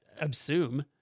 assume